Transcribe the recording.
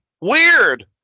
weird